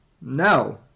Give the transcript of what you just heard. No